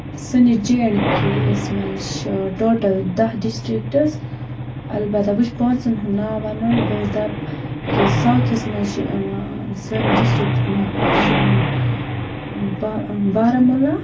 سٲنِس J and K یَس منٛز چھِ ٹوٹَل دَہ ڈِسٹِرٛکَٹٕس البتہ وۄنۍ چھُ پانٛژَن ہُنٛد ناو وَنُن بہٕ دَپہٕ کہِ ساوُتھَس منٛز چھِ یِوان سٲنۍ ڈِسٹِرٛکٹُک ناو اَکھ چھُ یِوان با بارہمولہ